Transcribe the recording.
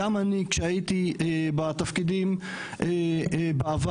גם אני כשהייתי בתפקידים בעבר,